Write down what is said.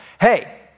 Hey